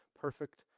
perfect